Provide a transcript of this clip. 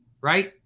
right